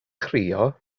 chrio